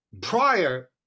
prior